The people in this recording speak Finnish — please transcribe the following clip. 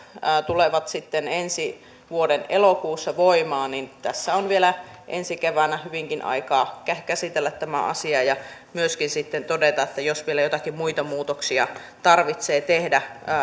tulevat sitten ensi vuoden elokuussa voimaan niin tässä on vielä ensi keväänä hyvinkin aikaa käsitellä tämä asia ja myöskin sitten todeta että jos vielä joitakin muita muutoksia tarvitsee tehdä